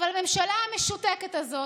אבל הממשלה המשותקת הזאת,